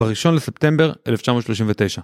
בראשון לספטמבר 1939